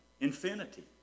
infinity